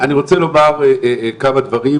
אני רוצה לומר כמה דברים,